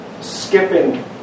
skipping